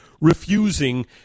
refusing